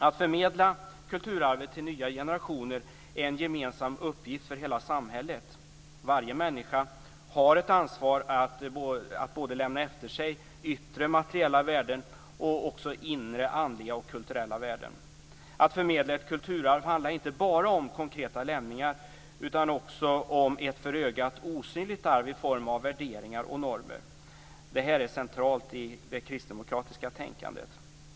Att förmedla kulturarvet till nya generationer är en gemensam uppgift för hela samhället. Varje människa har ett ansvar för att lämna efter sig både yttre materiella värden och inre andliga och kulturella värden. Att förmedla ett kulturarv handlar inte bara om konkreta lämningar utan också om ett för ögat osynligt arv i form av värderingar och normer. Detta är centralt i det kristdemokratiska tänkandet.